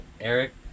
Eric